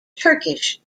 turkish